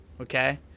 okay